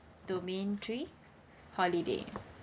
domain three holiday